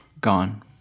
gone